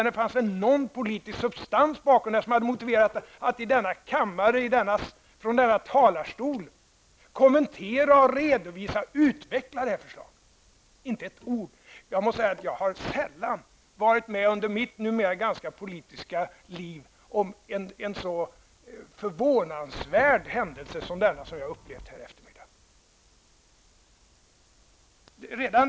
Det fanns väl någon politisk substans bakom som skulle motivera att man i denna kammare, från denna talarstol, kommenterade, redovisade och utvecklade det här förslaget. Men inte ett ord har sagts. Jag måste säga att jag sällan under mitt numera ganska långa politiska liv har varit med om en sådan förvånansvärd händelse som denna som jag har upplevt här i eftermiddag.